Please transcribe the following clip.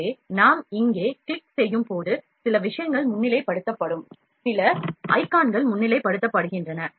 எனவே நாம் இங்கே கிளிக் செய்யும் போது சில விஷயங்கள் முன்னிலைப்படுத்தப்படும் சில ஐகான்கள் முன்னிலைப்படுத்தப்படுகின்றன